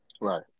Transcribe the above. Right